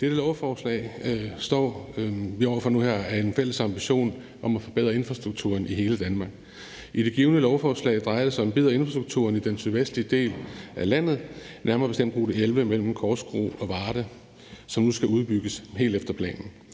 her, er udmøntningen af en del af en fælles ambition om at forbedre infrastrukturen i hele Danmark. I det givne lovforslag drejer det sig om at forbedre infrastrukturen i den sydvestlige del af landet, nærmere bestemt rute 11 mellem Korskro og Varde, som nu skal udbygges helt efter planen.